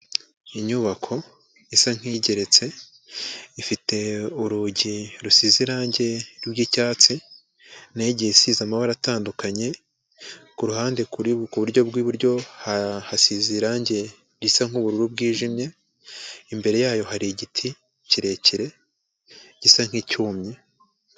Inyubako isa nk'igeretse, ifite urugi rusize irangi ry'icyatsi, na yo igiye isize amabara atandukanye, ku ruhande rw'iburyo, hasize irangi risa nk'ubururu bwijimye, imbere yayo hari igiti kirekire gisa nk'icyumye.